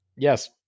Yes